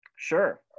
Sure